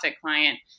client